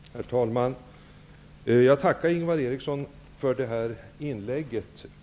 Herr talman! Jag tackar Ingvar Eriksson för inlägget.